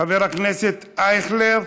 חבר הכנסת אייכלר,